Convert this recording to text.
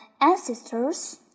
ancestors